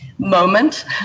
Moment